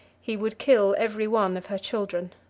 he would kill every one of her children.